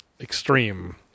extreme